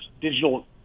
digital